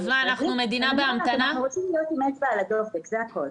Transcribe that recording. אנחנו רוצים להיות עם אצבע על הדופק, זה הכול.